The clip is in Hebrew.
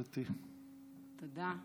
תודה.